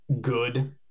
good